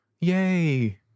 yay